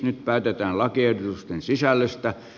nyt päätetään lakiehdotuksen sisällöstä